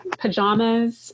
pajamas